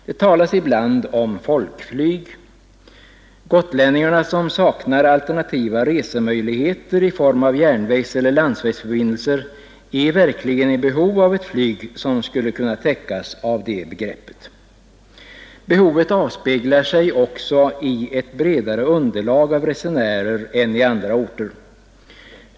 Det talas ibland om folkflyg — gotlänningarna, som saknar alternativa resemöjligheter i form av järnvägseller landsvägsförbindelser, är verkligen i behov av ett flyg som skulle kunna täckas av detta begrepp. Behovet avspeglar sig också däri att Gotland har ett bredare underlag av resenärer än andra landsdelar har.